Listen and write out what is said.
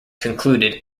concluded